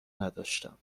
نداشتم